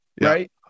right